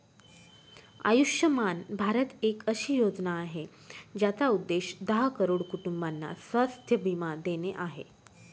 आयुष्यमान भारत एक अशी योजना आहे, ज्याचा उद्देश दहा करोड कुटुंबांना स्वास्थ्य बीमा देणे आहे